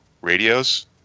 radios